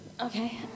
Okay